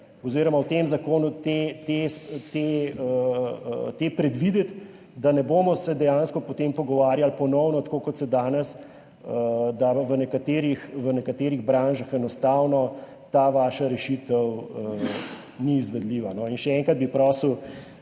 oziroma v tem zakonu le-te predvideti, da se ne bomo potem pogovarjali ponovno, tako kot se danes, da v nekaterih branžah enostavno ta vaša rešitev ni izvedljiva. Še enkrat bi prosil,